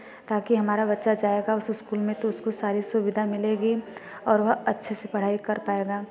ताकि हमारा बच्चा जाएगा उस उस्कूल में तो उसको सारी सुविधा मिलेगी और वह अच्छे से पढ़ाई कर पाएगा